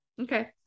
Okay